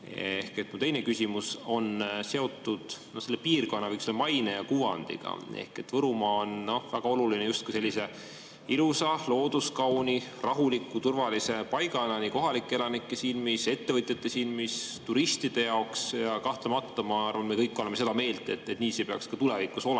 Mu teine küsimus on seotud selle piirkonna maine ja kuvandiga. Võrumaa on väga oluline sellise ilusa, looduskauni, rahuliku, turvalise paigana nii kohalike elanike silmis, ettevõtjate silmis kui ka turistide jaoks. Ja kahtlemata, ma arvan, me kõik oleme seda meelt, et nii see peaks ka tulevikus olema.